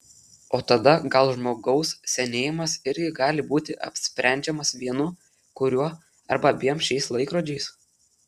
o tada gal žmogaus senėjimas irgi gali būti apsprendžiamas vienu kuriuo ar abiem šiais laikrodžiais